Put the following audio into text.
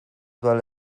vale